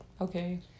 Okay